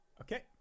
Okay